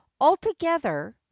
altogether